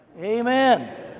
Amen